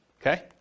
okay